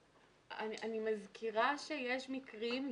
אני מזכירה שיש מקרים,